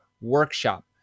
workshop